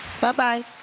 Bye-bye